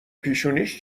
پیشونیش